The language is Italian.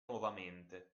nuovamente